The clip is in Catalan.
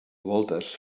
voltes